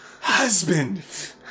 Husband